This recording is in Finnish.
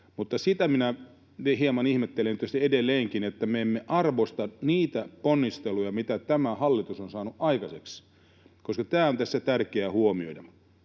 sitä minä hieman ihmettelen tietysti edelleenkin, että me emme arvosta niitä ponnisteluja, mitä tämä hallitus on saanut aikaiseksi. Tämä on tässä tärkeää huomioida.